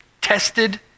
tested